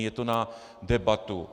Je to na debatu.